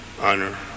honor